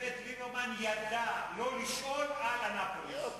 שאיווט ליברמן ידע לא לשאול על אנאפוליס,